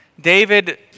David